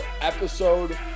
episode